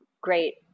great